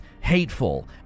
hateful